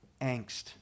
Angst